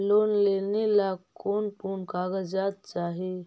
Loan लेने ला कोन कोन कागजात चाही?